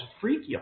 freaky